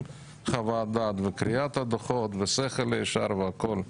חוות דעת וקריאת דוחות ושכל ישר והכול.